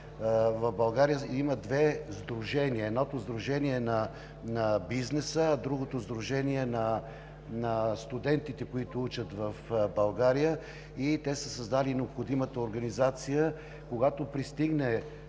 временно, има две сдружения. Едното е сдружение на бизнеса, а другото е сдружение на студентите, които учат в България. Те са създали необходимата организация и когато пристигне